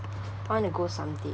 I wanna go someday